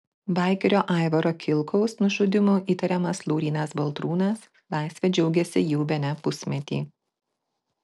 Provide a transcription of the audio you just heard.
baikerio aivaro kilkaus nužudymu įtariamas laurynas baltrūnas laisve džiaugiasi jau bene pusmetį